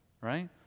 right